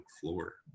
floor